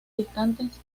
distantes